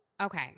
okay